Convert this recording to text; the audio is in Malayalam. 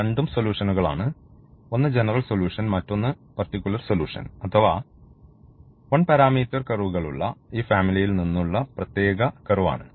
രണ്ടും സൊലൂഷൻകളാണ് ഒന്ന് ജനറൽ സൊല്യൂഷൻ മറ്റൊന്ന് പർട്ടിക്കുലർ സൊല്യൂഷൻ അഥവാ 1 പാരാമീറ്റർ കർവുകളുള്ള ഈ ഫാമിലിയിൽ നിന്നുള്ള പ്രത്യേക കർവ് ആണ്